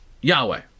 yahweh